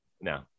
No